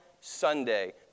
Sunday